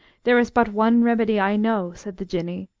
there is but one remedy i know, said the jinnee,